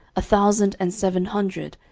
a thousand and seven hundred,